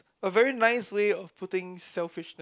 a very nice way of putting selfishness